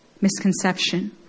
misconception